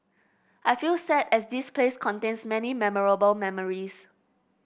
I feel sad as this place contains many memorable memories